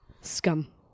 scum